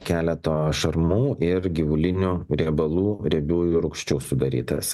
keleto šarmų ir gyvulinių riebalų riebiųjų rūgščių sudarytas